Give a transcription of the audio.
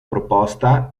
proposta